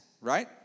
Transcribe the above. right